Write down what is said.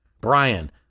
Brian